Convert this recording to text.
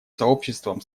сообществом